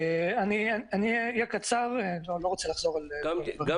אני אהיה קצר, אני לא רוצה לחזור על דברים